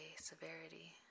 severity